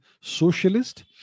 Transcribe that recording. socialist